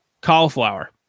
cauliflower